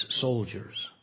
soldiers